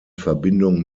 verbindung